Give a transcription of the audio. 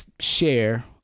share